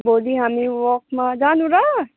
भोलि हामी वाकमा जानु र